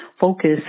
Focus